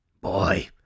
Boy